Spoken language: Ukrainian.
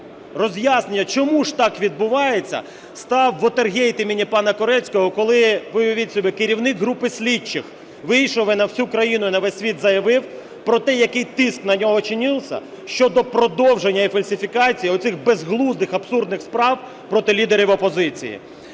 роз'яснення, чому ж так відбувається, став "вотергейт" імені пана Корецького, коли, ви уявіть собі, керівник групи слідчих вийшов і на всю країну, і на весь світ заявив про те, який тиск на нього чинився щодо продовження і фальсифікації оцих безглуздих, абсурдних справ проти лідерів опозиції.